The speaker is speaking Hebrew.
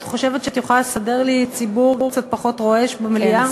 את חושבת שאת יכולה לסדר לי ציבור קצת פחות רועש במליאה?